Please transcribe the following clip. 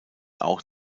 auch